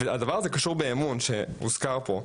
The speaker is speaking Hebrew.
הדבר הזה קשור באמון, כפי שהוזכר פה.